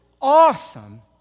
awesome